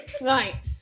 Right